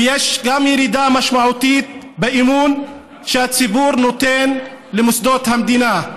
ויש גם ירידה משמעותית באמון שהציבור נותן במוסדות המדינה.